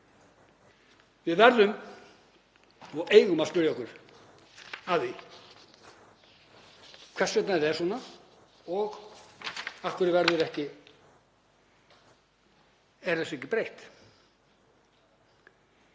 Við verðum og eigum að spyrja okkur að því hvers vegna þetta er svona og af hverju þessu er ekki breytt.